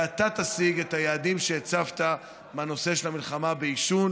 ושאתה תשיג את היעדים שהצבת בנושא של המלחמה בעישון.